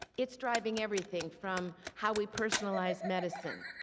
it is driving everything from how we personalize medicine,